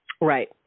Right